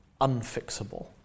unfixable